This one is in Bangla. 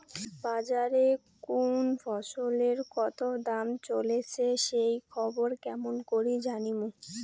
বাজারে কুন ফসলের কতো দাম চলেসে সেই খবর কেমন করি জানীমু?